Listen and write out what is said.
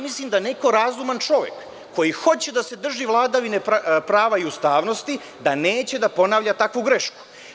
Mislim da razuman čovek koji hoće da se drži vladavine prava i ustavnosti neće ponavljati takvu grešku.